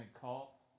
call